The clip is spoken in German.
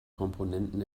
komponenten